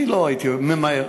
אני לא הייתי ממהר,